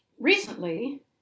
recently